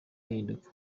ahinduka